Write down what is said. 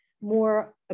more